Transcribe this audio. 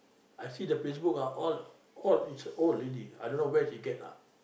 I see the Facebook ah all all it's old already I don't know where she get lah